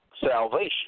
salvation